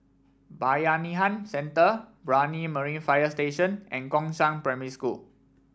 Bayanihan Centre Brani Marine Fire Station and Gongshang Primary School